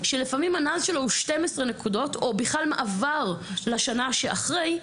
שלפעמים הנ"ז שלו הוא 12 נקודות או בכלל מעבר לשנה שאחרי,